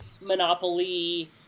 Monopoly